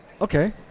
Okay